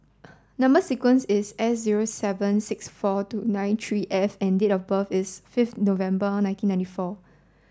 number sequence is S zero seven six four two nine three F and date of birth is fifth November nineteen ninety four